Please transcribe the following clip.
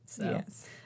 Yes